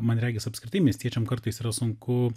man regis apskritai miestiečiam kartais yra sunku